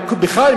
בכלל,